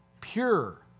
pure